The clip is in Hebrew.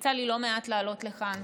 יצא לי לא מעט לעלות לכאן